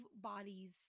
bodies